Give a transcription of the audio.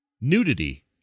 Nudity